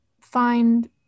find